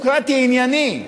ענייני,